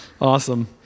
awesome